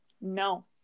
No